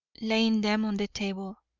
laying them on the table,